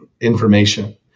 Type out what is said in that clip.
information